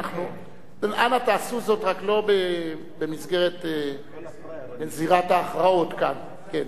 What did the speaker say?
אנא תעשו זאת, רק לא במסגרת זירת ההכרעות כאן.